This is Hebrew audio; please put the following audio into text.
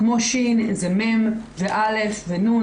כמו ש' זה מ' ו-א' ו-נ'.